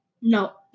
no